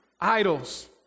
idols